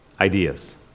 ideas